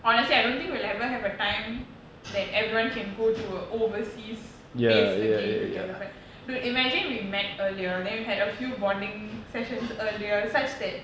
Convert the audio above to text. honestly I don't think we'll ever have a time that everyone can go to overseas place again together but dude imagine we met earlier then we had a few bonding sessions earlier such that